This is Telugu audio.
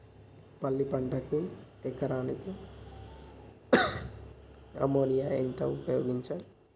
పల్లి పంటకు ఎకరాకు అమోనియా ఎంత ఉపయోగించాలి?